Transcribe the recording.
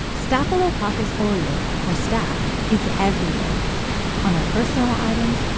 staphylococcus aureus, or staph, is everywhere on our personal items,